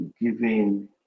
giving